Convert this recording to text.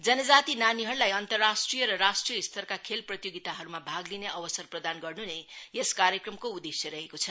जनजाति नानीहरूलाई अन्तराष्ट्रिय र राष्ट्रिय स्तरका खेल प्रतियोगिताहरूमा भाग लिने अवसर प्रदान गर्न् नै यस कार्यक्रमको उद्देश्य रहेको छ